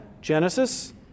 Genesis